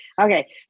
Okay